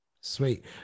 Sweet